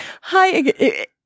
hi